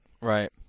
Right